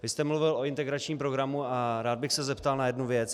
Vy jste mluvil o integračním programu a rád bych se zeptal na jednu věc.